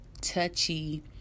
touchy